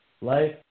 life